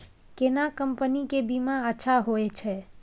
केना कंपनी के बीमा अच्छा होय छै?